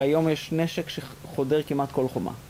היום יש נשק שחודר כמעט כל חומה.